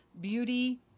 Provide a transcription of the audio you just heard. beauty